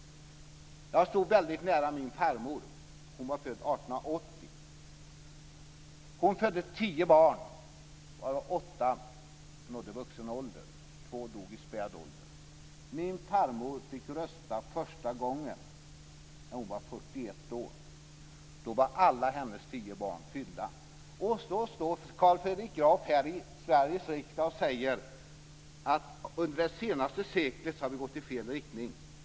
Jag stod väldigt nära min farmor. Hon var född 1880. Hon födde tio barn, varav åtta nådde vuxen ålder. Två dog i späd ålder. Min farmor fick rösta första gången när hon var 41 år. Då var alla hennes tio barn födda. Carl Fredrik står här i Sveriges riksdag och säger att vi under det senaste seklet har gått i fel riktning.